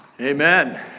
Amen